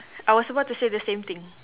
I was about to say the same thing